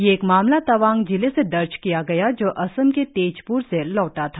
यह एक मामला तवांग जिले से दर्ज किया गया जो असम के तेजप्र से लौटा था